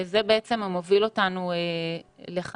זה בעצם מוביל אותנו לדיון